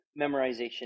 memorization